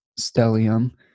stellium